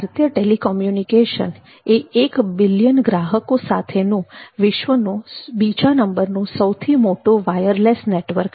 ભારતીય ટેલિકોમ્યુનિકેશન એ એક બિલિયન ગ્રાહકો સાથેનું વિશ્વનું બીજા નંબરનું સૌથી મોટું વાયરલેસ નેટવર્ક છે